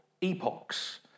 epochs